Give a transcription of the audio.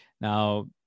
now